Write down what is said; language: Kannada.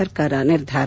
ಸರ್ಕಾರ ನಿರ್ಧಾರ